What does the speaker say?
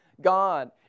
God